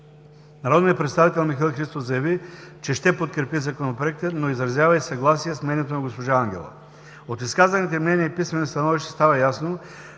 Народният представител Михаил Христов заяви, че ще подкрепи Законопроекта, но изразява съгласие с мнението на госпожа Ангелова. От изказаните мнения и писмените становища стана ясно,